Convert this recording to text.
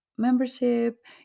Membership